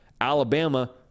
Alabama